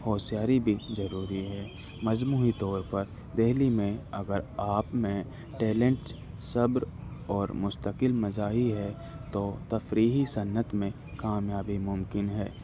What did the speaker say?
ہوشیاری بھی ضروری ہے مجموعی طور پر دہلی میں اگر آپ میں ٹیلنٹ صبر اور مستقل مزاحی ہے تو تفریحی صنعت میں کامیابی ممکن ہے